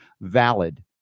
valid